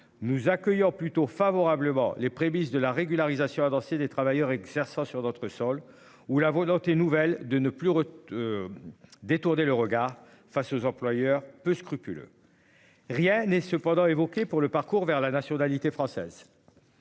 Nous accueillir plutôt favorablement les prémices de la régularisation à danser des travailleurs exerçant sur notre sol ou la volonté nouvelle de ne plus. Détourner le regard face aux employeurs peu scrupuleux. Rien n'est cependant évoqué pour le parcours vers la nationalité française.